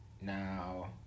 Now